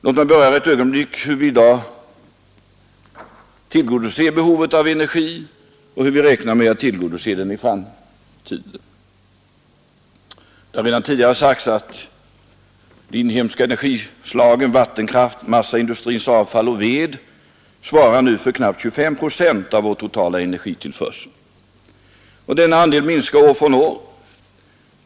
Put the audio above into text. Låt oss nu se hur vi tillgodoser våra energibehov i dag och hur vi räknar med att tillgodose dem i framtiden. Det har redan tidigare sagts att de inhemska energislagen — vattenkraft, massaindustrins avfall och ved — nu svarar för knappt 25 procent av vår totala energitillförsel, och denna andel minskar år från år.